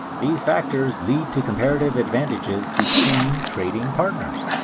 these factors lead to comparative advantages between trading partners.